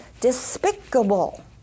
Despicable